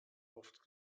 oft